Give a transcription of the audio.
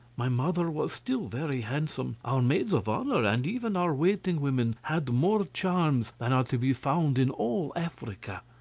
my mother was still very handsome our maids of honour, and even our waiting women, had more charms than are to be found in all africa.